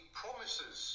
promises